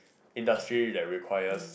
industry that requires